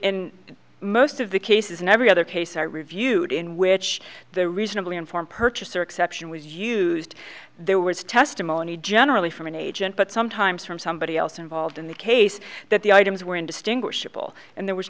in most of the cases in every other case i reviewed in which the reasonably informed purchaser exception was used there was testimony generally from an agent but sometimes from somebody else involved in the case that the items were indistinguishable and there was